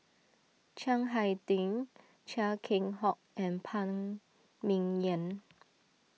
Chiang Hai Ding Chia Keng Hock and Phan Ming Yen